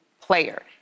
player